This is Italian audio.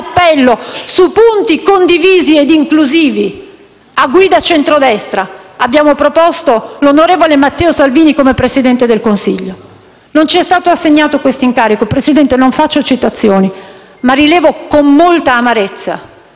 su punti condivisi e inclusivi, a guida centrodestra. Abbiamo proposto l'onorevole Matteo Salvini come Presidente del Consiglio, ma non ci è stato assegnato questo incarico. Signor Presidente, non faccio citazioni, ma rilevo con molta amarezza